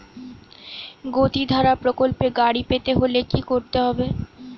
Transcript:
গতিধারা প্রকল্পে গাড়ি পেতে হলে কি করতে হবে?